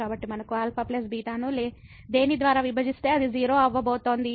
కాబట్టి మనకు α β ను దేని ద్వారా విభజిస్తే అది 0 అవ్వ బోతోంది